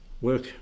Work